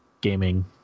gaming